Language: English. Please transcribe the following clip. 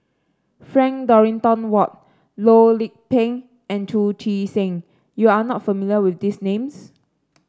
Frank Dorrington Ward Loh Lik Peng and Chu Chee Seng you are not familiar with these names